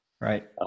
Right